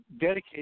dedicate